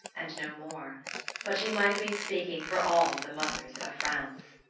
and no more but she might have been speaking for all the mothers of france.